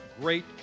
great